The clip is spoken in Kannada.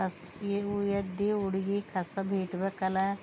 ಕಸ ಈಗ ಉ ಎದ್ದು ಉಡುಗಿ ಕಸ ಬೀಟ್ಬೇಕಲ್ಲ